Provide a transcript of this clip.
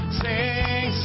sing